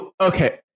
Okay